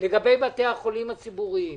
לגבי בתי החולים הציבוריים,